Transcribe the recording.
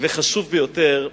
וחשוב ביותר,